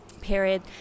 period